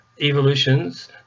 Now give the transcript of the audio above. evolutions